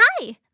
Hi